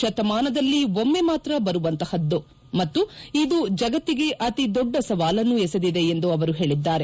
ಶತಮಾನದಲ್ಲಿ ಒಮ್ನೆ ಮಾತ್ರ ಬರುವಂತಹದ್ದು ಮತ್ತು ಇದು ಜಗತ್ತಿಗೆ ಅತಿ ದೊಡ್ಡ ಸವಾಲನ್ನು ಎಸೆದಿದೆ ಎಂದು ಅವರು ಹೇಳಿದ್ದಾರೆ